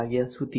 વાગ્યા સુધી